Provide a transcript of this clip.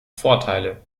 vorteile